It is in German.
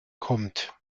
kommt